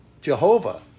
Jehovah